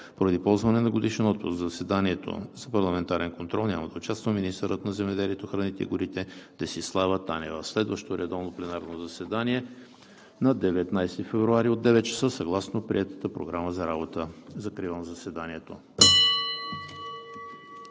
Поради ползване на годишен отпуск в заседанието за парламентарен контрол няма да участва министърът на земеделието, храните и горите Десислава Танева. Следващо редовно пленарно заседание на 19 февруари 2021 г. от 9,00 часа съгласно приетата Програма за работа. Закривам заседанието.